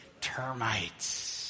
termites